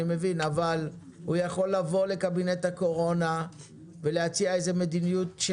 אבל הוא יכול לבוא לקבינט הקורונה ולהציע מדיניות של